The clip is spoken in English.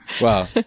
Wow